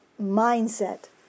mindset